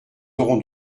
aurons